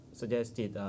suggested